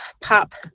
Pop